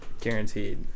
Guaranteed